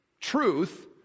truth